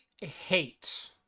hate